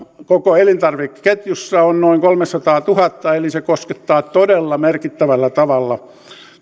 koko elintarvikeketjussa on noin kolmesataatuhatta eli se koskettaa todella merkittävällä tavalla